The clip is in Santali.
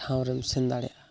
ᱴᱷᱟᱶᱨᱮᱢ ᱥᱮᱱ ᱫᱟᱲᱮᱭᱟᱜᱼᱟ